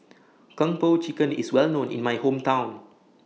Kong Po Chicken IS Well known in My Hometown